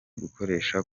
gukoresha